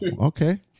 Okay